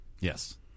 Yes